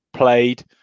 played